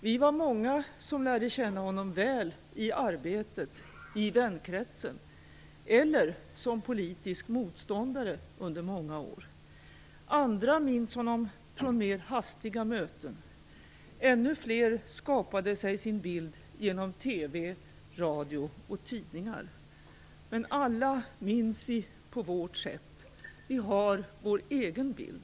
Vi var många som lärde känna honom väl i arbetet, i vänkretsen eller som politisk motståndare under många år. Andra minns honom från mer hastiga möten. Ännu fler skapade sig sin bild genom TV, radio och tidningar. Alla minns vi, på vårt sätt. Vi har vår egen bild.